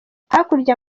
hakurya